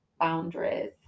boundaries